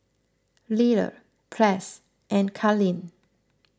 Lyle Press and Kalene